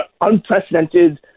unprecedented